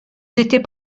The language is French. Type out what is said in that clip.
étaient